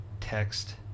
text